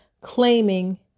claiming